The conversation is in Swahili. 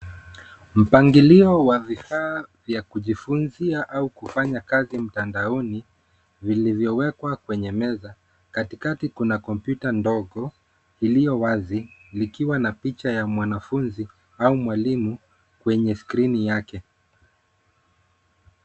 Mpangilio wa vifaa vya kujifunzia au kufanya kazi mtandaoni vilivyowekwa kwenye meza katikati kuna computer ndogo iliyo wazi likiwa na picha ya mwanafunzi au mwalimu kwenye skrini yake.